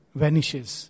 vanishes।